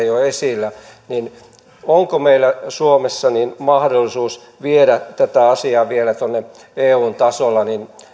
jo esillä niin että onko meillä suomessa mahdollisuus viedä tätä asiaa vielä tuonne eun tasolle